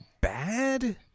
bad